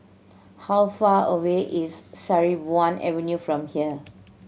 how far away is Sarimbun Avenue from here